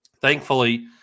thankfully